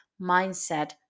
mindset